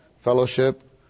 fellowship